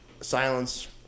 Silence